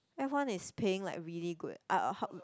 F one is paying like really good I'll help you